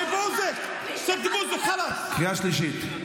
קריאה שלישית.